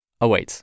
awaits